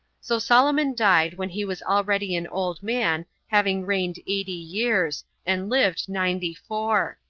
so solomon died when he was already an old man, having reigned eighty years, and lived ninety-four.